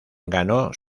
ganó